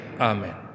Amen